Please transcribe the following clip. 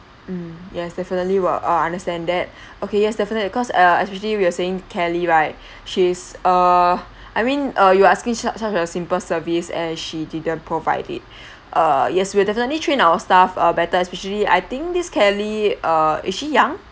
mm yes definitely will uh understand that okay yes definitely cause uh especially we're saying kelly right she's err I mean uh you asking su~ such a simple service and she didn't provide it err yes we'll definitely train our staff uh better especially I think this kelly uh is she young